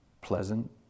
pleasant